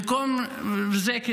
במקום זה,